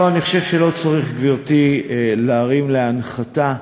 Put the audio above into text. לא, אני חושב שלא צריך, גברתי, להרים להנחתה.